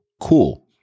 cool